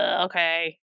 okay